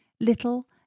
Little